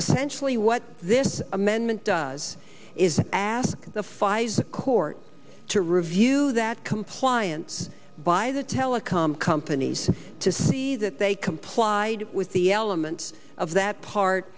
essentially what this amendment does is ask the pfizer court to review that compliance by the telecom companies to see that they complied with the elements of that part